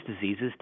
diseases